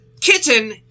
kitten